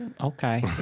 Okay